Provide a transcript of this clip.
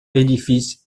édifice